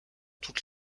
toutes